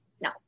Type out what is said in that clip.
No